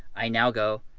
i now go,